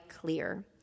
clear